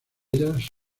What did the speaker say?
ellas